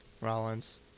Rollins